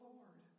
Lord